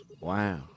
Wow